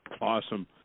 Awesome